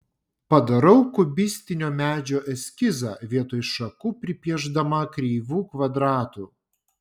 padarau kubistinio medžio eskizą vietoj šakų pripiešdama kreivų kvadratų